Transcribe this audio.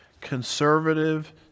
conservative